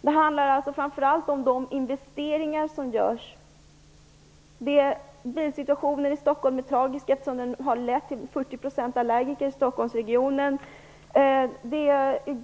Det handlar framför allt om de investeringar som görs. Bilsituationen i Stockholm är tragisk, eftersom den har lett till att 40 % i Stockholmsregionen är allergiker.